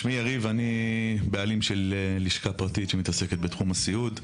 שמי יריב אני בעלים של לשכה פרטית שמתעסקת בתחום הסיעוד,